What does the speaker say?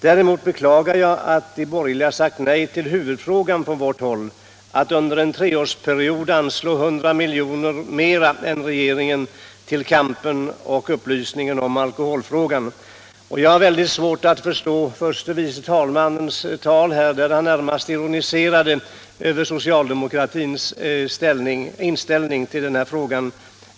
Däremot beklagar jag att de borgerliga sagt nej till huvudfrågan från vårt håll: att under en treårsperiod anslå 100 miljoner mer än regeringen förordar till kampen och upplysningen när det gäller alkoholfrågan. Jag har väldigt svårt att förstå herr förste vice talmannen Bengtsons uttalande, där han närmast ironiserade över socialdemokratins inställning till den här frågan.